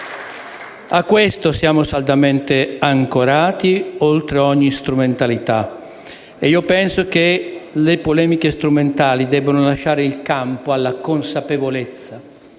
A questo siamo saldamente ancorati oltre ogni strumentalità e io penso che le polemiche strumentali debbano lasciare il campo alla consapevolezza